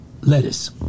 lettuce